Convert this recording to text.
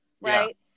right